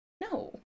no